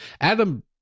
Adam